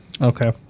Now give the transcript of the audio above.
okay